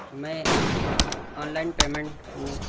میں online payment کرنے